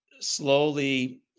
slowly